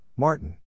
Martin